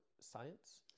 Science